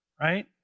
right